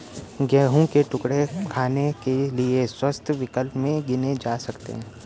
गेहूं के टुकड़े खाने के लिए स्वस्थ विकल्प में गिने जा सकते हैं